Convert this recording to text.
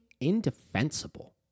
indefensible